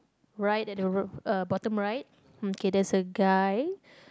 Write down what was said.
right at the r~ uh bottom right okay there's a guy